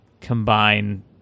combine